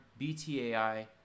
BTAI